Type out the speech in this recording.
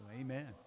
amen